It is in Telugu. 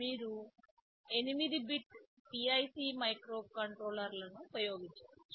మీరు 8 బిట్ PIC మైక్రోకంట్రోలర్లను ఉపయోగించవచ్చు